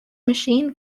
machine